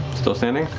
still standing?